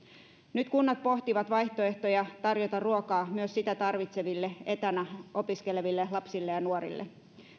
nyt kunnat pohtivat vaihtoehtoja tarjota ruokaa myös sitä tarvitseville etänä opiskeleville lapsille ja nuorille